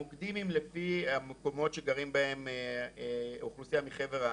המוקדים הם לפי המקומות שגרים בהם אוכלוסייה מחבר העמים.